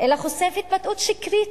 אלא חושף התבטאות שקרית,